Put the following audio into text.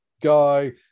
guy